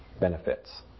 benefits